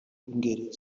b’ingeri